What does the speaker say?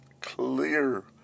clear